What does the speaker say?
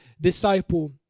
disciple